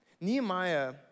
Nehemiah